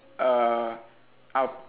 uh